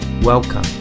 Welcome